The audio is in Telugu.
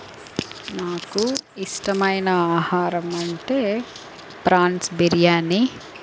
నాకు ఇష్టమైన ఆహారం అంటే ప్రాన్స్ బిర్యానీ